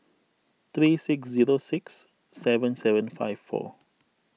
three six zero six seven seven five four